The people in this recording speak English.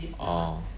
orh